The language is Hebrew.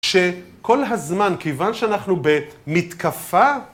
שכל הזמן, כיוון שאנחנו במתקפה.